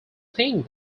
think